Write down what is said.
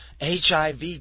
HIV